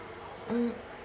mm